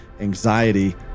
anxiety